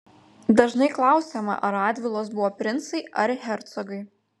dažnai klausiama ar radvilos buvo princai ar hercogai